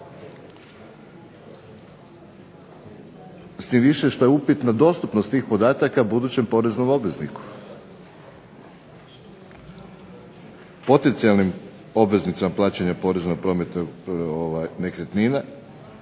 s tim više što je upitna dostupnost tih podataka budućem poreznom obvezniku. Potencijalnim obveznicima plaćanja poreza na promet nekretnina